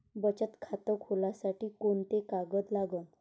बचत खात खोलासाठी कोंते कागद लागन?